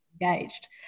engaged